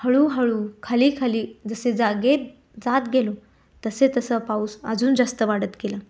हळूहळू खालीखाली जसे जागेत जात गेलो तसेतसा पाऊस अजून जास्त वाढत गेला